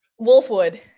Wolfwood